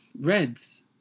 Reds